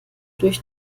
durch